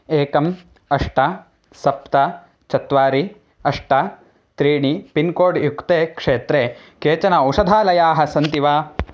एकम् अष्ट सप्त चत्वारि अष्ट त्रीणि पिन्कोड् युक्ते क्षेत्रे केचन औषधालयाः सन्ति वा